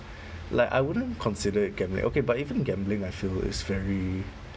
like I wouldn't consider it gambling okay but even gambling I feel is very